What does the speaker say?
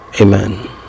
Amen